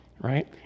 right